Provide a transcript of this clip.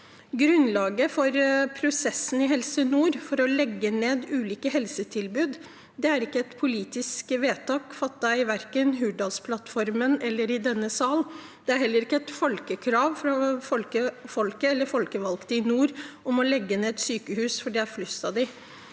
Grunnlaget for prosessen i Helse Nord med å legge ned ulike helsetilbud er ikke et politisk vedtak fattet i verken Hurdalsplattformen eller denne sal. Det er heller ikke et krav fra folket eller fra folkevalgte i nord om å legge ned sykehus fordi det er flust av dem.